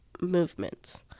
movements